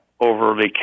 overly